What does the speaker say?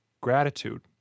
gratitude